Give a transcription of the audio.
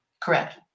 correct